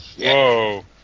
Whoa